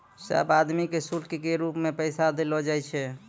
सब आदमी के शुल्क के रूप मे पैसा देलो जाय छै